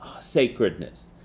sacredness